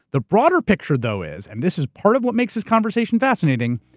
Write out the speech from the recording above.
the broader picture though is, and this is part of what makes this conversation fascinating,